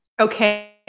Okay